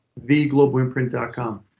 theglobalimprint.com